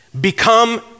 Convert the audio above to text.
become